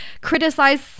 criticize